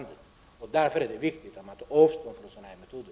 Det är därför viktigt att man tar avstånd från sådana här metoder.